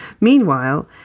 Meanwhile